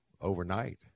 overnight